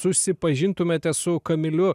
susipažintumėte su kamiliu